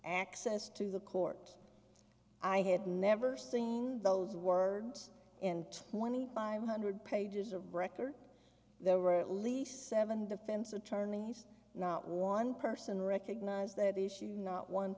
access to the court i had never seen those words in twenty five hundred pages of record there were at least seven defense attorneys not one person recognize that issue not one